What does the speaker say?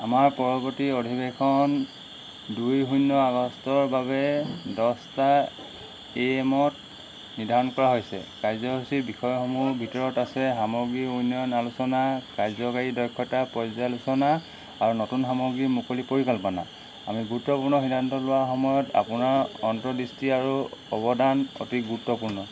আমাৰ পৰৱৰ্তী অধিৱেশন দুই শূন্য় আগষ্টৰ বাবে দছটা এ এম ত নিৰ্ধাৰণ কৰা হৈছে কাৰ্যসূচীৰ বিষয়সমূহৰ ভিতৰত আছে সামগ্ৰীক উন্নয়ণ আলোচনা কাৰ্যকৰী দক্ষ্য়তা পৰ্য্য়ালোচনা আৰু নতুন সামগ্ৰী মুকলি পৰিকল্পনা আমি গুৰুত্বপূৰ্ণ সিদ্ধান্ত লোৱাৰ সময়ত আপোনাৰ অন্তদৃষ্টি আৰু অৱদান অতি গুৰুত্বপূৰ্ণ